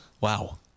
Wow